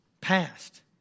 Past